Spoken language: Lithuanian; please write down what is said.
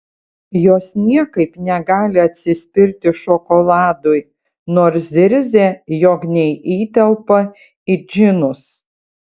jos niekaip negali atsispirti šokoladui nors zirzia jog neįtelpa į džinus